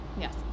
Yes